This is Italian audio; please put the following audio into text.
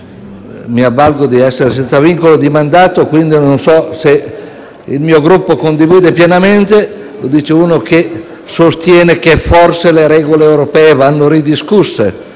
mi avvalgo di essere senza vincolo di mandato, quindi non so se il mio Gruppo condivide pienamente - uno che sostiene che forse le regole europee vanno ridiscusse